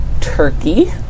turkey